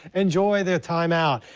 enjoy the time out.